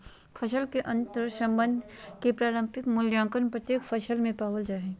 फसल के अंतर्संबंध के प्रारंभिक मूल्यांकन प्रत्येक फसल में पाल जा हइ